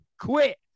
quit